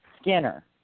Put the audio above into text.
Skinner